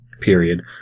period